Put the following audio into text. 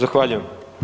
Zahvaljujem.